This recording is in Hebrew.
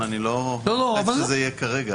אבל אני לוחץ שזה יהיה כרגע.